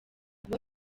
kuba